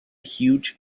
huge